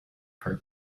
her